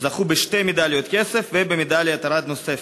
זכו בשתי מדליות כסף ובמדליית ארד נוספת.